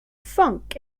funk